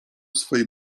swej